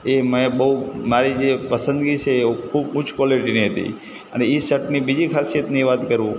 એ મેં બહુ મારી જે પસંદગી છે એ ખૂ ઊચ્ચ ક્વોલિટીની હતી અને એ શર્ટની બીજી ખાસિયતની વાત કરું